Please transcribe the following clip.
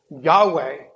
Yahweh